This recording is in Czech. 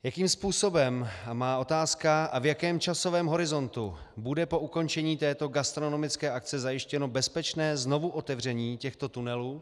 Jakým způsobem a v jakém časovém horizontu bude po ukončení této gastronomické akce zajištěno bezpečné znovuotevření těchto tunelů?